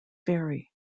ferry